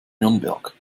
nürnberg